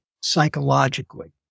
psychologically